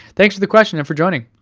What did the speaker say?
thanks for the question and for joining.